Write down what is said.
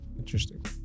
interesting